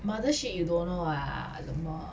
Mothership you don't know ah !alamak!